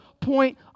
point